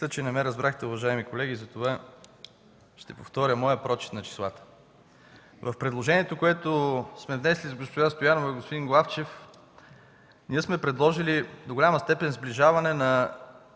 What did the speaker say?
Мисля, че не ме разбрахте, уважаеми колеги, затова ще повторя моя прочит на числата. В предложението, което сме внесли с госпожа Стоянова, господин Главчев и госпожа Йорданова, сме предложили до голяма степен сближаване на